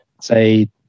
say